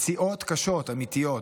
פציעות קשות, אמיתיות.